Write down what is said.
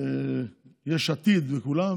יש עתיד וכולם